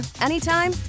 anytime